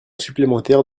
supplémentaire